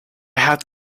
have